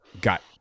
got